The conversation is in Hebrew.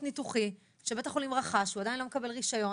ניתוחי שבית החולים רכש והוא עדיין לא מקבל רישיון.